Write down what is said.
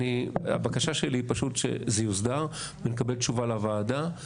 הבקשה שלי היא פשוט שזה יוסדר ונקבל תשובה לוועדה.